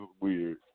weird